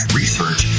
research